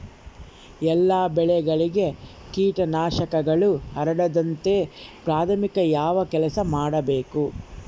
ಎಲ್ಲ ಬೆಳೆಗಳಿಗೆ ಕೇಟನಾಶಕಗಳು ಹರಡದಂತೆ ಪ್ರಾಥಮಿಕ ಯಾವ ಕೆಲಸ ಮಾಡಬೇಕು?